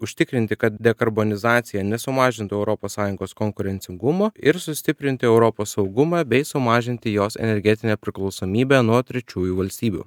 užtikrinti kad dekarbonizacija nesumažintų europos sąjungos konkurencingumo ir sustiprinti europos saugumą bei sumažinti jos energetinę priklausomybę nuo trečiųjų valstybių